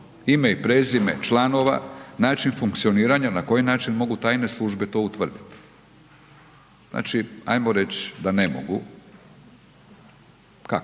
ime i prezime članova, način funkcioniranja, na koji način mogu tajne službe to utvrditi? Znači, hajmo reći da ne mogu. Kako?